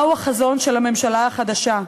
מהו החזון של הממשלה החדשה?